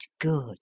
good